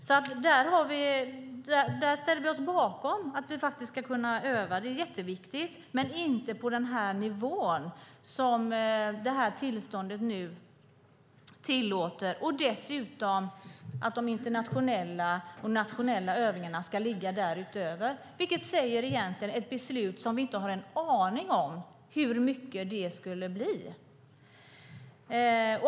Vi ställer oss alltså bakom att det ska gå att öva - det är jätteviktigt - men det ska inte vara på den nivå som tillståndet tillåter, där dessutom de nationella och internationella övningarna ligger därutöver, vilket innebär att vi inte har en aning om hur mycket det blir.